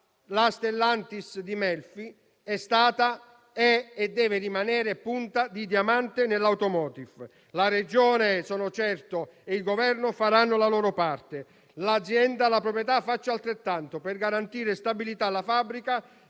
La Stellantis di Melfi è stata e deve rimanere punta di diamante nell'*automotive*. Sono certo che Regione e Governo faranno la loro parte. L'azienda e la proprietà facciano altrettanto per garantire stabilità alla fabbrica,